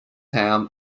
ham